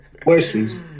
Questions